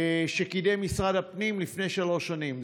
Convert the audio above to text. שקידם משרד הפנים לפני שלוש שנים.